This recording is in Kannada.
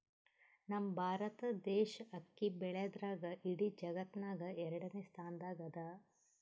ನಮ್ ಭಾರತ್ ದೇಶ್ ಅಕ್ಕಿ ಬೆಳ್ಯಾದ್ರ್ದಾಗ್ ಇಡೀ ಜಗತ್ತ್ನಾಗೆ ಎರಡನೇ ಸ್ತಾನ್ದಾಗ್ ಅದಾ